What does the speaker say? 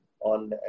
on